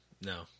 No